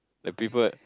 the people